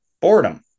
boredom